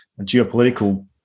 geopolitical